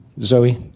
Zoe